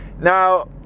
Now